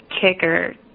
kicker